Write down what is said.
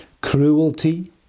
cruelty